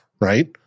right